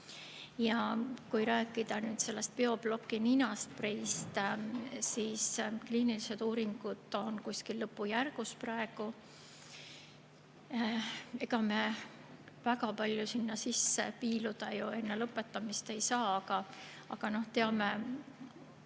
Kui rääkida sellest BioBlock ninaspreist, siis kliinilised uuringud on praegu lõpujärgus. Ega me väga palju sinna sisse piiluda enne lõpetamist ei saa, aga teame